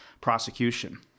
prosecution